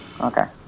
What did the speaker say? Okay